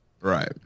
Right